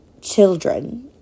children